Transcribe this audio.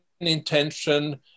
intention